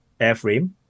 airframe